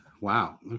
Wow